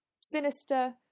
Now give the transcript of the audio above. sinister